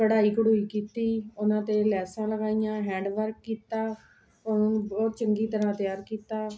ਕਢਾਈ ਕਢੁਈ ਕੀਤੀ ਉਹਨਾਂ 'ਤੇ ਲੈਸਾਂ ਲਗਾਈਆਂ ਹੈਂਡ ਵਰਕ ਕੀਤਾ ਉਹਨੂੰ ਬਹੁਤ ਚੰਗੀ ਤਰ੍ਹਾਂ ਤਿਆਰ ਕੀਤਾ